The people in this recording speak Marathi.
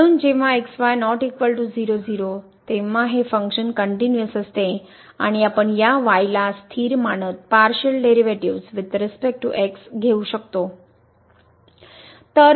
म्हणून जेव्हा x y ≠ 0 0 तेव्हा हे फंक्शन कनट्युनिअस असते आणि आपण या y ला स्थिर मानत partial derivatives with respect to x घेऊ शकतो